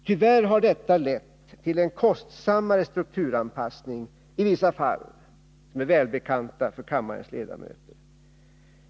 Tyvärr har detta lett till en kostsammare strukturanpassning i vis: sa fall, som är välbekanta för kammarens ledamöter.